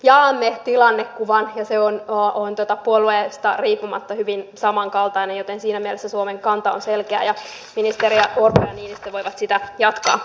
jaamme tilannekuvan ja se on puolueesta riippumatta hyvin samankaltainen joten siinä mielessä suomen kanta on selkeä ja ministerit orpo ja niinistö voivat sitä jatkaa